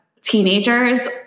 teenagers